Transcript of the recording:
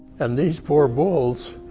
and these poor bulls.